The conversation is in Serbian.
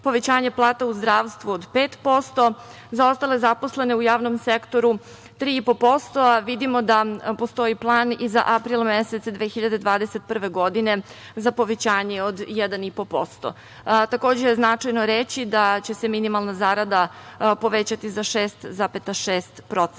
povećanja plata u zdravstvu od 5%, za ostale zaposlene u javnom sektoru 3,5%, a vidimo da postoji plan i za april mesec 2021. godine, za povećanje od 1,5%. Takođe je značajno reći da će se minimalna zarada povećati za